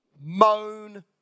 moan